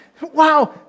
Wow